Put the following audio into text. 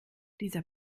dieser